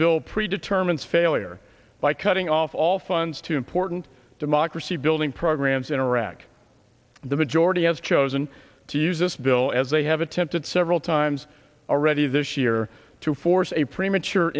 bill predetermines failure by cutting off all funds to important democracy building programs in iraq the majority has chosen to use this bill as they have attempted several times already this year to force a premature